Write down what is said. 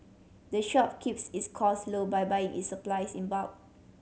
the shop keeps its cost low by buying its supplies in bulk